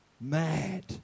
mad